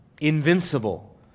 invincible